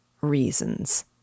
reasons